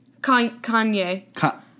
Kanye